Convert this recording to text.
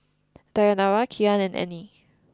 Dayanara Kian and Annie